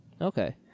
Okay